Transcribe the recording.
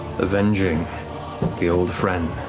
avenging the old friend,